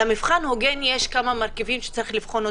למבחן הוגן יש כמה מרכיבים שצריך לבחון,